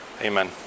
Amen